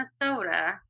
Minnesota